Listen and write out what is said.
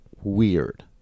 Weird